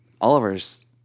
Oliver's